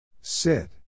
Sit